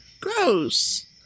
Gross